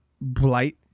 Blight